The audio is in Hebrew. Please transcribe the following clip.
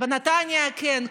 בנתניה, כן.